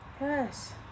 Yes